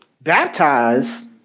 baptized